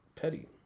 petty